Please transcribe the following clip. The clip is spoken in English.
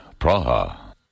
Praha